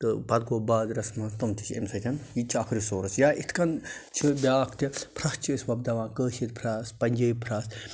تہٕ پتہٕ گوٚو بازرَس منٛز تِم تہِ چھِ اَمہٕ سۭتۍ یہِ تہِ چھِ اَکھ رِسورٕس یا یِتھ کَن چھِ بیٛاکھ تہِ پھرٛٮ۪س چھِ أسۍ وۄپداوان کٲشِرۍ پھرٛٮ۪س پنٛجٲبۍ پھرٛٮ۪س